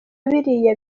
biriya